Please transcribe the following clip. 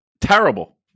terrible